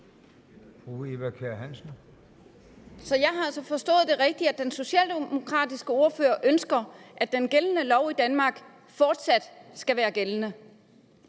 Så jeg har altså forstået det rigtigt, nemlig at den socialdemokratiske ordfører ønsker, at den gældende lov i Danmark fortsat skal være gældende?